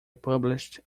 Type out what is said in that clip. published